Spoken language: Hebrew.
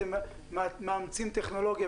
אתם מאמצים טכנולוגיה,